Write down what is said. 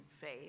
faith